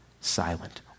silent